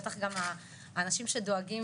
בטח גם לאנשים שדואגים